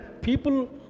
people